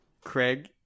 Craig